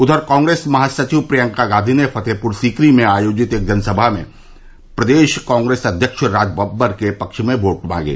उधर कांग्रेस महासचिव प्रियंका गांधी ने फृतेहपुर सीकरी में आयोजित एक जनसभा में प्रदेश कांग्रेस अध्यक्ष राजबब्बर के पक्ष में वोट मांगे